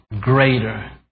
greater